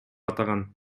атаган